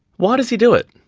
why does he do it?